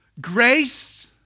grace